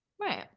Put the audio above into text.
right